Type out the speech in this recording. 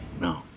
no